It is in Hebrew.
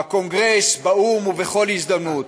בקונגרס, באו"ם ובכל הזדמנות.